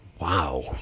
Wow